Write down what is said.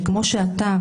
כמו שאתה,